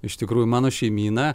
iš tikrųjų mano šeimyna